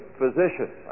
physician